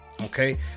Okay